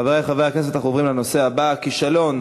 חברי חברי הכנסת אנחנו עוברים לנושא הבא: הכישלון